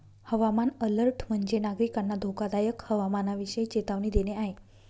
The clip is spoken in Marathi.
हवामान अलर्ट म्हणजे, नागरिकांना धोकादायक हवामानाविषयी चेतावणी देणे आहे